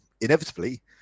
inevitably